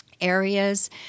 areas